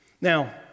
Now